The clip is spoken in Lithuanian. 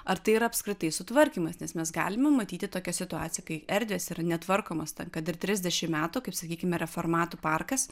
ar tai yra apskritai sutvarkymas nes mes galime matyti tokią situaciją kai erdvės yra netvarkomos ten kad ir trisdešimt metų kaip sakykime reformatų parkas